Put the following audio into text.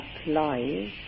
applies